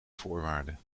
voorwaarden